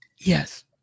Yes